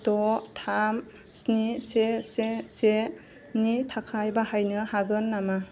द' थाम स्नि से से सेनि थाखाय बाहायनो हागोन नामा